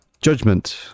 judgment